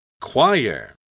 choir